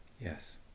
Yes